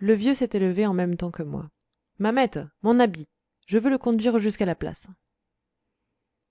le vieux s'était levé en même temps que moi mamette mon habit je veux le conduire jusqu'à la place